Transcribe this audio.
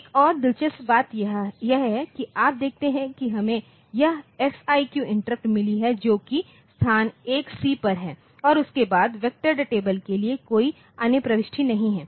एक और दिलचस्प बात यह है कि आप देखते हैं कि हमें यह FIQ इंटरप्टमिली है जो कि स्थान 1C पर है और उसके बाद वेक्टर टेबल के लिए कोई अन्य प्रविष्टि नहीं है